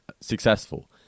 successful